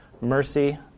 Mercy